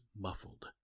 muffled